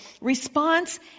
response